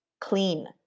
clean